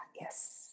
yes